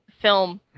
film